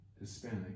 Hispanic